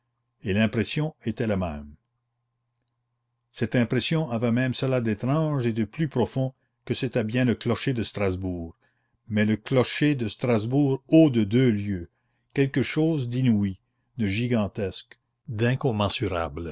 et l'impression était la même cette impression avait même cela d'étrange et de plus profond que c'était bien le clocher de strasbourg mais le clocher de strasbourg haut de deux lieues quelque chose d'inouï de gigantesque